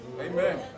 Amen